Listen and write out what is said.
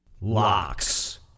Locks